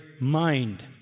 mind